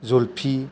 जलफि